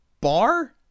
bar